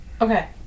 Okay